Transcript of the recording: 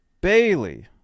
Bailey